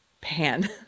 Pan